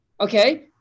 okay